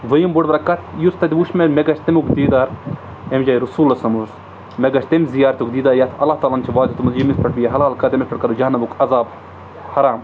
دٔیِم بوٚڈ بارٕ اکھ کَتھ یُس تَتہِ وُچھ مےٚ مےٚ گَژھِ تَمیُک دیٖدار اَمہِ جایہِ رسوٗلؐ اوس مےٚ گَژھِ تٔمۍ زِیارتُک دیٖدار یَتھ اللہ تعالیٰ ہَن چھِ وادٕ تھومُت ییٚمِس پٮ۪ٹھ یہِ حَلال کَتھ تٔمِس پٮ۪ٹھ کَر جہانمُک عذاب حَرام